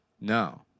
No